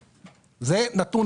הקניות.